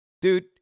Dude